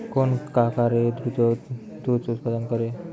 কোন খাকারে দ্রুত দুধ উৎপন্ন করে?